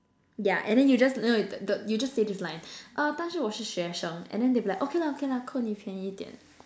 yeah and then you just no no don't don't you just say this line uh 大叔我是学生 and then they be like okay lah okay lah 扣你便宜一点